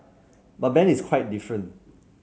but Ben is quite different